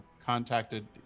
contacted